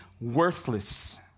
worthless